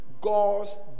God's